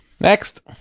Next